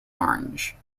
orange